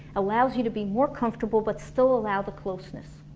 allows you to be more comfortable but still allow the closeness